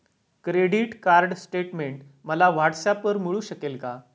Credit card statement मला व्हॉट्सऍपवर मिळू शकेल का?